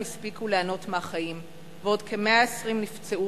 הספיקו ליהנות מהחיים ועוד כ-120 נפצעו,